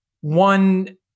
One